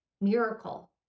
miracle